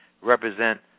represent